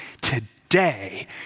today